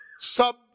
Sub